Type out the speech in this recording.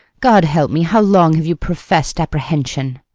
god help me! how long have you professed apprehension?